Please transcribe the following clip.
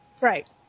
Right